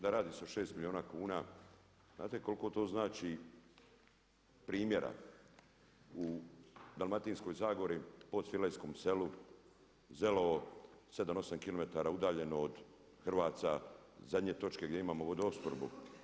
Da radi se o 6 milijuna kuna, znate koliko to znači primjera u Dalmatinskoj zagori, Podsvilajskim selu, Zelovo 7, 8 kilometara udaljeno od Hrvaca, zadnje točke gdje imamo vodoopskrbu?